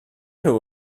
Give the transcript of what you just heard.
nhw